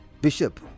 Bishop